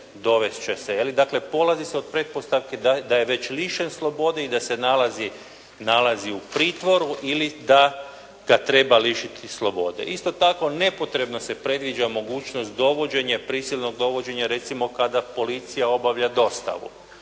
dovesti će se, dakle polazi se od pretpostavke da je već lišen slobode i da se nalazi u pritvoru ili da ga treba lišiti slobode. Isto tako, nepotrebno se predviđa mogućnost dovođenja, prisilnog dovođenja, recimo kada policija obavlja dostavu.